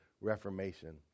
Reformation